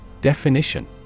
Definition